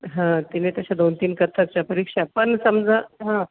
हां तिने तशा दोन तीन कथ्थकच्या परीक्षा पण समजा हां